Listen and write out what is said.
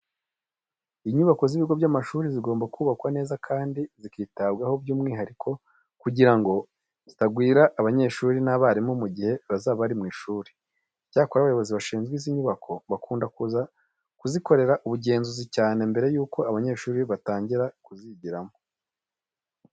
Inyubako z'ibigo by'amashuri zigomba kubakwa neza kandi zikitabwaho by'umwihariko kugira ngo zitazagwira abanyeshuri n'abarimu mu gihe bazaba bari mu ishuri. Icyakora abayobozi bashinzwe izi nyubako bakunda kuza kuzikorera ubugenzuzi cyane mbere yuko abanyeshuri batangira kuzigiramo.